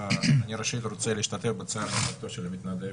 אני ראשית רוצה להשתתף בצער על מותו של המתנדב